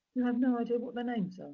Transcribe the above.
you have no idea what their names